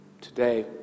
Today